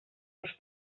nos